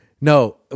no